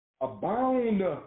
abound